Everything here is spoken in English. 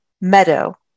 meadow